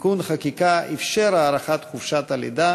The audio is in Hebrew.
ותיקון חקיקה אפשר את הארכת חופשת הלידה